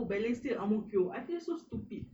balance it at ang mo kio I feel so stupid